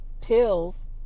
pills